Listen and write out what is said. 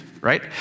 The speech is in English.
right